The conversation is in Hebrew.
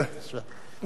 תמיד תלך למקורות.